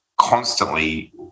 constantly